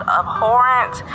abhorrent